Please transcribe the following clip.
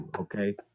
okay